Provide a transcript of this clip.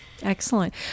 Excellent